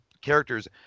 characters